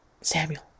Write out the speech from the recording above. Samuel